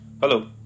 Hello